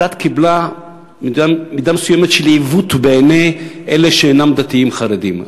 הדת קיבלה מידה מסוימת של עיוות בעיני אלה שאינם דתיים חרדיים.